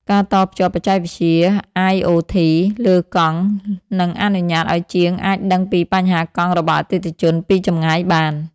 ការតភ្ជាប់បច្ចេកវិទ្យា IoT លើកង់ នឹងអនុញ្ញាតឱ្យជាងអាចដឹងពីបញ្ហាកង់របស់អតិថិជនពីចម្ងាយបាន។